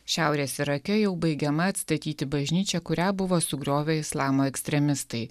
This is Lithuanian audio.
šiaurės irake jau baigiama atstatyti bažnyčią kurią buvo sugriovė islamo ekstremistai